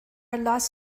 loss